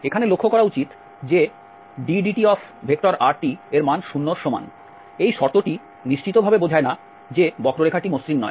এখানে লক্ষ্য করা উচিত যে drtdt এর মান 0 এর সমান এই শর্তটি নিশ্চিতভাবে বোঝায় না যে বক্ররেখাটি মসৃণ নয়